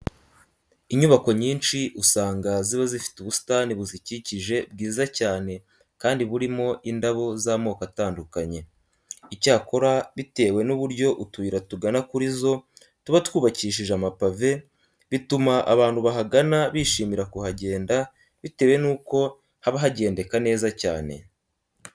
Inyubako nyinshi usanga ziba zifite ubusitani buzikikije bwiza cyane kandi burimo indabo z'amoko atandukanye. Icyakora bitewe n'uburyo utuyira tugana kuri zo tuba twubakishije amapave, bituma abantu bahagana bishimira kuhagenda bitewe nuko haba hagendeka neza cyane.